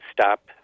stop